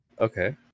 Okay